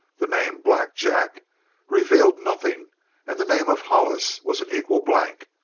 the name black jack revealed nothing and the name of hollis was an equal blank,